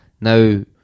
now